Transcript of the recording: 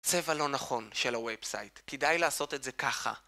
צבע לא נכון של ה-web site. כדאי לעשות את זה ככה.